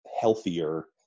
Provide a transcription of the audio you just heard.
healthier